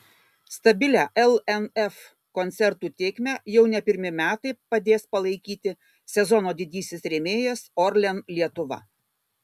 stabilią lnf koncertų tėkmę jau ne pirmi metai padės palaikyti sezono didysis rėmėjas orlen lietuva